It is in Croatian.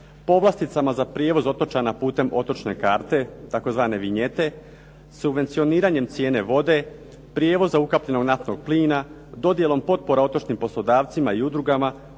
povlasticama za prijevoz otočana putem otočne karte, tzv. vinjete, subvencioniranjem cijene vode, prijevoza ukapljenog naftnog plina, dodjelom potpora otočnim poslodavcima i udrugama,